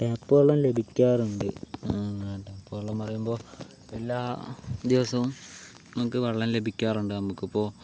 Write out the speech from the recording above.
ടാപ്പുവെള്ളം ലഭിക്കാറുണ്ട് ടാപ്പുവെള്ളം പറയുമ്പോൾ എല്ലാ ദിവസവും നമുക്ക് വെള്ളം ലഭിക്കാറുണ്ട് നമുക്കിപ്പോൾ